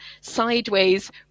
sideways